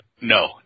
no